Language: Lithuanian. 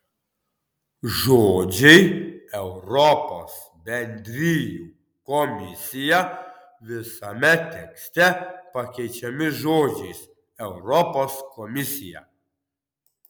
žodžiai europos bendrijų komisija visame tekste pakeičiami žodžiais europos komisija